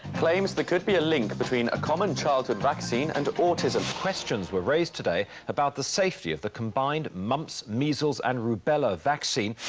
claims there could be a link between a common childhood vaccine and autism. questions were raised today about the safety of the combined mumps, measles, and rubella vaccine.